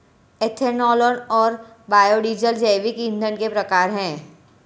ethanol और biodiesel जैविक ईंधन के प्रकार है